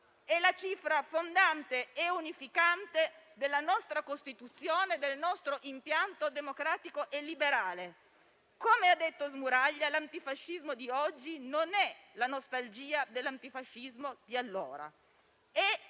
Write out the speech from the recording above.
è la cifra fondante e unificante della nostra Costituzione e del nostro impianto democratico e liberale. Come ha detto Carlo Smuraglia, l'antifascismo di oggi non è la nostalgia dell'antifascismo di allora,